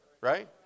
Right